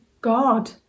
God